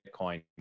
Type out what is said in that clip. Bitcoin